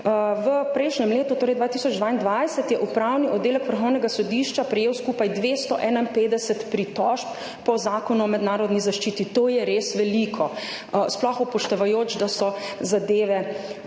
v prejšnjem letu, torej 2022, je Upravni oddelek Vrhovnega sodišča prejel skupaj 251 pritožb po Zakonu o mednarodni zaščiti. To je res veliko, sploh upoštevajoč, da so zadeve